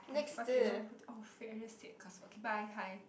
of fuck it putting off mistakes okay bye hi